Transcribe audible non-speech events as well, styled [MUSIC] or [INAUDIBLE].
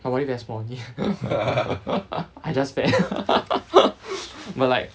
my body very small only [LAUGHS] I just fat [LAUGHS] but like